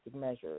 measures